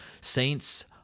saints